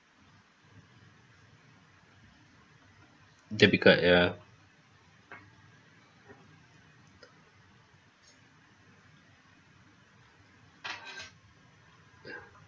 debit card ya